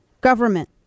government